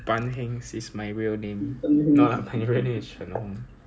and err one day my friend right cause my name Chun Hong correct or not